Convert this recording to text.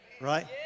right